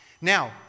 now